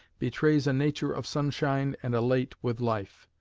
betrays a nature of sunshine and elate with life.